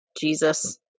Jesus